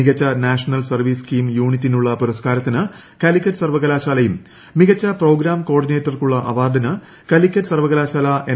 മികച്ച national service scheme യൂണിറ്റിനുളള പുരസ്കാരത്തിന് കാലിക്കറ്റ് സർവകലാശാലയും മികച്ച പ്രോഗ്രാം കോ ഓർഡിനേറ്റർക്കുള്ള അവാർഡിന് കാലിക്കറ്റ് സർവകലാശാലാ എൻ